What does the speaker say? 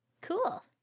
Cool